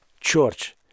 church